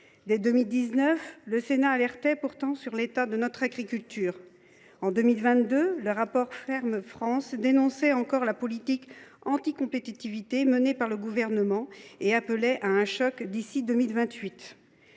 Dès 2019, le Sénat alertait pourtant sur l’état de notre agriculture. En 2022, le rapport d’information dénonçait de nouveau la politique anti compétitivité menée par le Gouvernement et appelait à un choc d’ici à 2028.